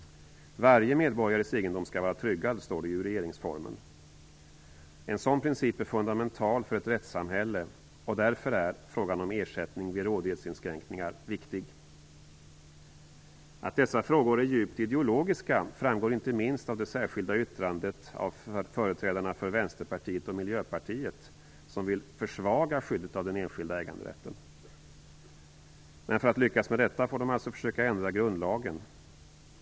Varje medborgares egendom skall vara tryggad står det ju i regeringsformen. En sådan princip är fundamental för ett rättssamhälle, och därför är frågan om ersättning vid rådighetsinskränkningar viktig. Att dessa frågor är djupt ideologiska framgår inte minst av det särskilda yttrandet från företrädarna för Vänsterpartiet och Miljöpartiet, som vill försvaga skyddet av den enskilda äganderätten. Men för att lyckas med detta får de alltså försöka ändra grundlagen.